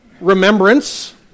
remembrance